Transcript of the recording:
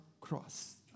cross